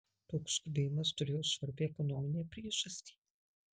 toks skubėjimas turėjo svarbią ekonominę priežastį